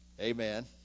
Amen